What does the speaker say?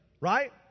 Right